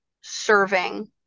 serving